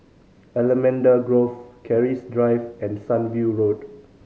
Allamanda Grove Keris Drive and Sunview Road